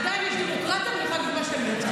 עדיין יש דמוקרטיה ואני יכולה להגיד מה שאני רוצה,